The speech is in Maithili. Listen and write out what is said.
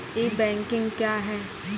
ई बैंकिंग क्या हैं?